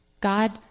God